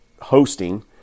hosting